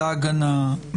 להגנה,